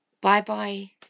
bye-bye